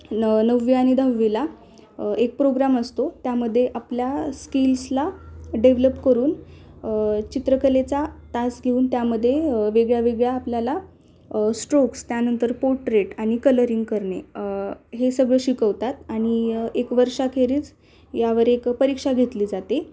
न नववी आणि दहावीला एक प्रोग्राम असतो त्यामध्ये आपल्या स्किल्सला डेव्हलप करून चित्रकलेचा तास घेऊन त्यामध्ये वेगळ्या वेगळ्या आपल्याला स्ट्रोक्स त्यानंतर पोट्रेट आणि कलरिंग करणे हे सगळं शिकवतात आणि एक वर्षाखेरीच यावर एक परीक्षा घेतली जाते